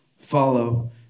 follow